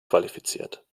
qualifiziert